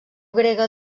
grega